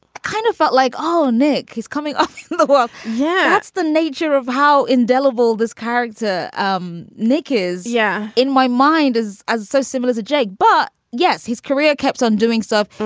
kind of felt like, oh, nick, he's coming off the walk. yeah that's the nature of how indelible this character um nick is. yeah. in my mind is so similar to jake but yes, his career kept on doing stuff.